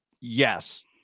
Yes